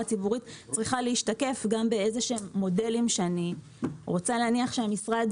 ציבורית צריכה להשתקף גם באיזשהם מודלים שאני רוצה להניח שהמשרד